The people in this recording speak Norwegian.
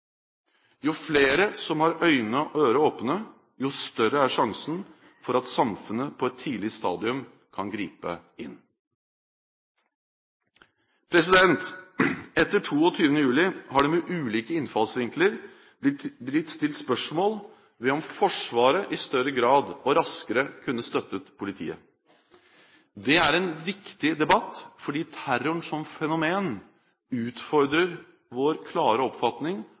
Jo flere som har øyne og ører åpne, jo større er sjansen for at samfunnet på et tidlig stadium kan gripe inn. Etter 22. juli har det med ulike innfallsvinkler blitt stilt spørsmål ved om Forsvaret i større grad og raskere kunne støttet politiet. Det er en viktig debatt, fordi terroren som fenomen utfordrer vår klare oppfatning